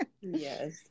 Yes